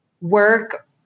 work